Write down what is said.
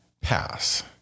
Pass